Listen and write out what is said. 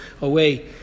away